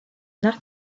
nach